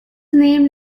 named